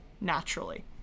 naturally